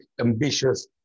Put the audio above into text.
ambitious